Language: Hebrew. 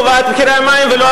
תתקנו.